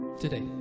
Today